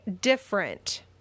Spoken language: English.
different